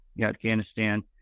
Afghanistan